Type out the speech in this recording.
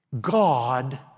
God